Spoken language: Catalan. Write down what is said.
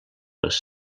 les